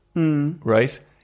Right